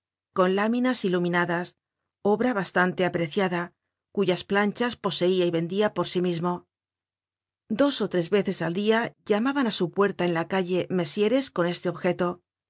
con láminas iluminadas obra bastante apreciada cuyas planchas poseia y vendía por sí mismo dos ó tres veces al dia llamaban á su puerta en la calle mezieres con este objeto